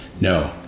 No